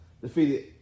defeated